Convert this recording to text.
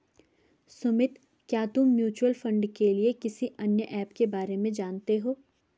सुमित, क्या तुम mutual fund के लिए किसी अन्य ऐप के बारे में जानते हो?